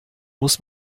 muss